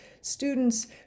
students